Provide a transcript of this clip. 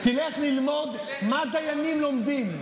תלך ללמוד מה דיינים לומדים,